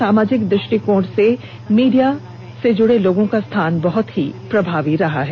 सामाजिक दृष्टिकोण में भी प्रेस मीडिया से जुड़े लोगों का स्थान बहुत ही प्रभावी रहा है